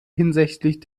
hinsichtlich